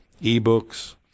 ebooks